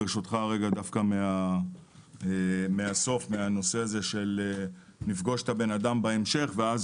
אתחיל מהנושא של לפגוש את האדם בהמשך ואז